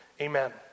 Amen